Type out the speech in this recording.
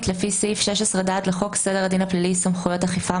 לפי סעיף 16ד לחוק סדר הדין הפלילי (סמכויות אכיפה,